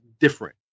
different